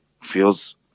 feels